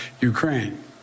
Ukraine